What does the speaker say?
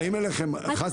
באים אליכם, אתם עמוסים.